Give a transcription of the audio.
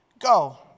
Go